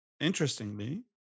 Interestingly